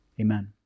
Amen